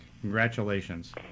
Congratulations